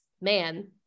man